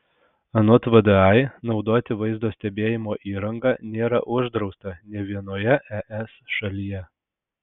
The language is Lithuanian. anot vdai naudoti vaizdo stebėjimo įrangą nėra uždrausta nė vienoje es šalyje